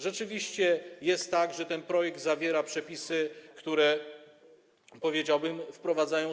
Rzeczywiście jest tak, że ten projekt zawiera przepisy, które wprowadzają, powiedziałbym,